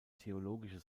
theologische